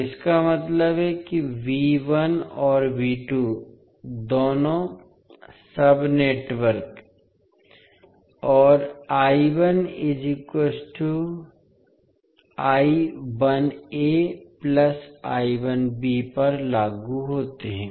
तो इसका मतलब है कि और दोनों सब नेटवर्क और पर लागू होते हैं